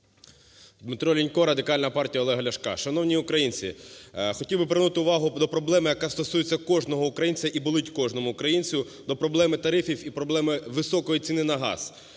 ДмитроЛінько, Радикальна партія Олега Ляшка. Шановні українці! Хотів би привернути увагу до проблеми, яка стосується кожного українця і болить кожному українцю, – до проблеми тарифів і проблеми високої ціни на газ.